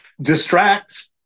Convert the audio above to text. distract